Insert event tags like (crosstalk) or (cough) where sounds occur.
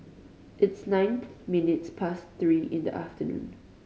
its nine (noise) minutes past three in the afternoon